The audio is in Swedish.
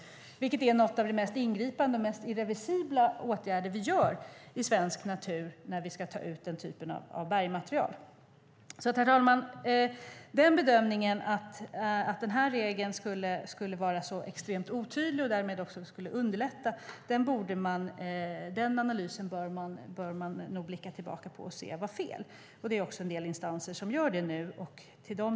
Sådana täkter hör till de mest ingripande och irreversibla ingrepp vi gör i svensk natur. Bedömningen att den här regeln var otydlig och att det skulle underlätta om man tog bort den bör man nog göra om och se var fel. Det är också en del instanser som nu gör det.